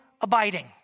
abiding